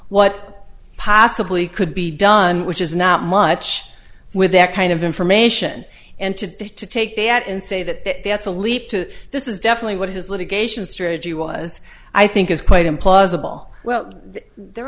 what possibly could be done which is not much with that kind of information and to take the at and say that that's a leap to this is definitely what his litigation strategy was i think is quite implausible well there